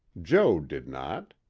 jo did not.